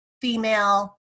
female